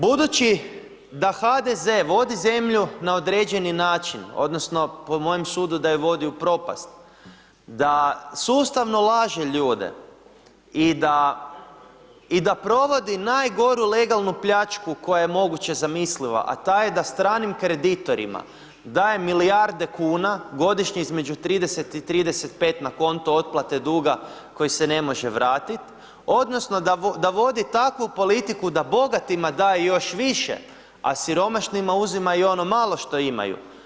Budući da HDZ vodi zemlju na određeni način odnosno, po mojem sudu da je vodi u propast, da sustavno laže ljude i da provodi najgoru legalnu pljačku koja je moguće zamisliva, a ta je da stranim kreditorima daje milijarde kuna godišnje između 30 i 35 na konto otplate duga koji se ne može vratit odnosno da vodi takvu politiku da bogatima daje još više, a siromašnima uzima i ono malo što imaju.